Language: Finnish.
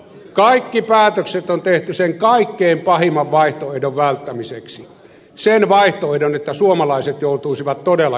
kaikki päätökset on tehty sen kaikkein pahimman vaihtoehdon välttämiseksi sen vaihtoehdon että suomalaiset joutuisivat todella kärsimään